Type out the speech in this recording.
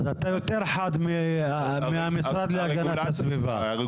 אז אתה יותר חד מהמשרד להגנת הסביבה,